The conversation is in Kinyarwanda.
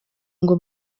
ngo